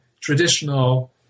traditional